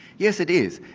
yes it is.